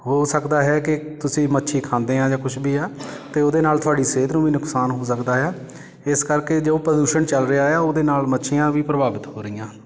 ਹੋ ਸਕਦਾ ਹੈ ਕਿ ਤੁਸੀਂ ਮੱਛੀ ਖਾਂਦੇ ਆ ਜਾਂ ਕੁਛ ਵੀ ਆ ਤਾਂ ਉਹਦੇ ਨਾਲ ਤੁਹਾਡੀ ਸਿਹਤ ਨੂੰ ਵੀ ਨੁਕਸਾਨ ਹੋ ਸਕਦਾ ਆ ਇਸ ਕਰਕੇ ਜੋ ਪ੍ਰਦੂਸ਼ਣ ਚੱਲ ਰਿਹਾ ਉਹਦੇ ਨਾਲ ਮੱਛੀਆਂ ਵੀ ਪ੍ਰਭਾਵਿਤ ਹੋ ਰਹੀਆਂ ਹਨ